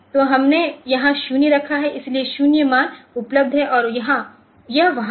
तो हमने यहाँ 0 रखा है इसलिए 0 मान उपलब्ध हैं और यह वहाँ है